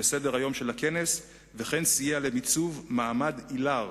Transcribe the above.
לסדר-היום של הכנס וכן סייע למיצוב מעמד איל"ר,